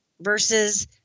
versus